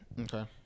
Okay